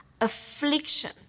affliction